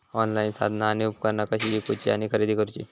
Online साधना आणि उपकरणा कशी ईकूची आणि खरेदी करुची?